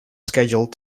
scheduled